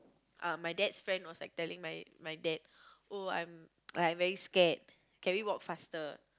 uh my dad's friend was like telling my my dad oh I'm I'm very scared can we walk faster